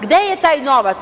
Gde je taj novac?